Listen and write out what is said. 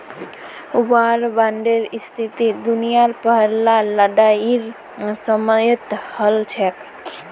वार बांडेर स्थिति दुनियार पहला लड़ाईर समयेत हल छेक